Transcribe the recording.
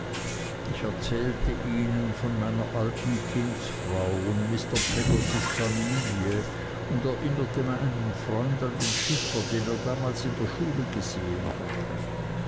ich erzählte ihnen von meiner alten kindsfrau und mr peggottys familie und erinnerte meinen freund an den schiffer den er damals in der schule gesehen hatte